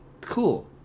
cool